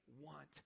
want